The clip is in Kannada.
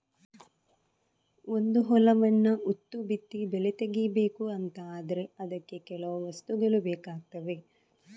ಒಂದು ಹೊಲವನ್ನ ಉತ್ತು ಬಿತ್ತಿ ಬೆಳೆ ತೆಗೀಬೇಕು ಅಂತ ಆದ್ರೆ ಅದಕ್ಕೆ ಕೆಲವು ವಸ್ತುಗಳು ಬೇಕಾಗ್ತವೆ